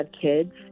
kids